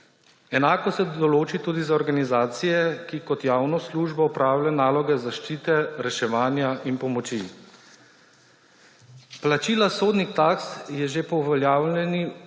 Enako se določi tudi za organizacije, ki kot javno službo opravljajo naloge zaščite, reševanja in pomoči. Plačila sodnih taks je že po uveljavljeni